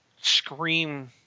scream